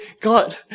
God